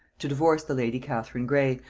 to divorce the lady catherine grey,